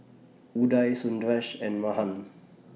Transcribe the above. Udai Sundaresh and Mahan